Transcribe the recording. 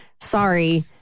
sorry